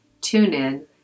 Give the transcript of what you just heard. TuneIn